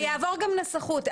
זה יעבור נסחות.